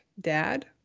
dad